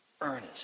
earnest